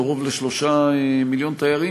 קרוב ל-3 מיליון תיירים,